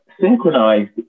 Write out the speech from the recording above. Synchronized